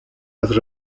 las